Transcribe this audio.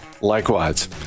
Likewise